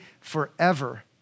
forever